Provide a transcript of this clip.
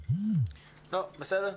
בסדר,